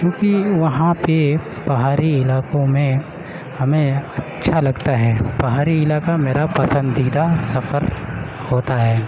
کیونکہ وہاں پہ پہاڑی علاقوں میں ہمیں اچھا لگتا ہے پہاڑی علاقہ میرا پسندیدہ سفر ہوتا ہے